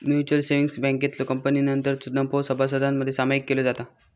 mutual savings बँकेतलो कपातीनंतरचो नफो सभासदांमध्ये सामायिक केलो जाता